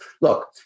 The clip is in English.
look